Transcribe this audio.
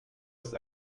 ist